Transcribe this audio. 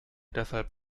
deshalb